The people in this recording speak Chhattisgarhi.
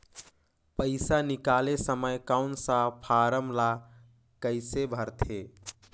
पइसा निकाले समय कौन सा फारम ला कइसे भरते?